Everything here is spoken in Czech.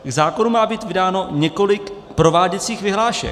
K zákonu má být vydáno několik prováděcích vyhlášek.